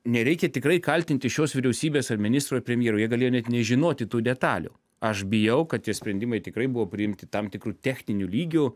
nereikia tikrai kaltinti šios vyriausybės ar ministro ar premjero jie galėjo net nežinoti tų detalių aš bijau kad tie sprendimai tikrai buvo priimti tam tikru techniniu lygiu